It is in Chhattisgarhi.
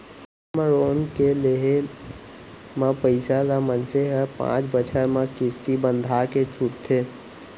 टर्म लोन के लेहे म पइसा ल मनसे ह पांच बछर तक किस्ती बंधाके छूटथे